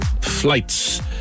flights